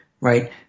right